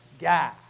guy